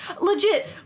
legit